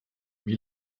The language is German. wie